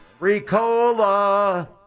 Ricola